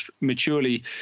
maturely